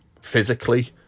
physically